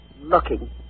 Looking